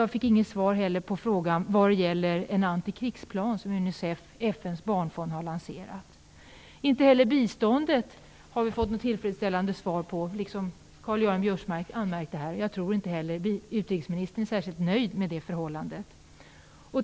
Jag fick inte något svar på frågan om en antikrigsplan, som Unicef - FN:s barnfond - har lanserat. Inte heller har vi fått något tillfredsställande svar på frågan om biståndet, som Karl-Göran Biörsmark anmärkte här. Jag tror inte heller att utrikesministern är särskilt nöjd med förhållandena i det avseendet.